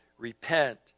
Repent